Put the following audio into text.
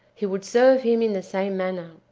he would serve him in the same manner.